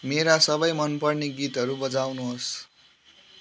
मेरा सबै मनपर्ने गीतहरू बजाउनुहोस्